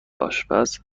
آشپز